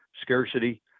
scarcity